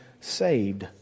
saved